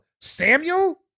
Samuel